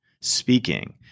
speaking